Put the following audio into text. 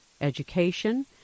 education